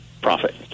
profit